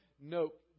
nope